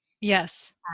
Yes